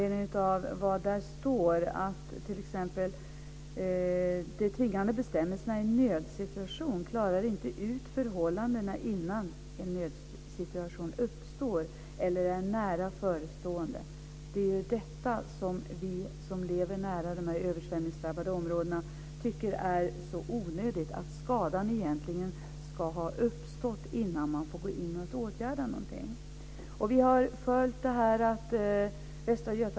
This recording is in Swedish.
Där står t.ex. att de tvingande bestämmelserna i en nödsituation inte klarar ut förhållandena innan en nödsituation uppstår eller när den är nära förestående. Det är det som vi som lever nära dessa översvämningsdrabbade områden tycker är så onödigt. Skadan ska egentligen ha uppstått innan man får gå in och åtgärda någonting. Vi har följt detta.